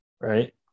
right